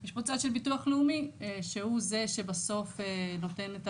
יש פה צד של ביטוח לאומי, שהוא זה שבסוף נותן את